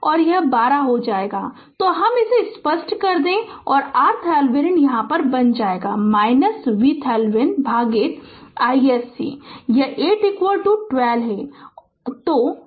तो यह 12 हो जाएगा तो हम इसे स्पष्ट कर दे और RThevenin बन जाएगा यह VThevenin भागित isc यह 8 12 है तो 4615 Ω होगा